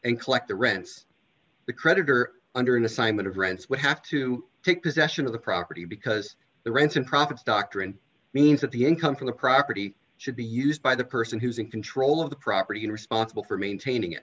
and collect the rents the creditor under an assignment of rents would have to take possession of the property because the rents and profits doctrine means that the income from the property should be used by the person who's in control of the property and responsible for maintaining